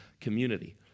community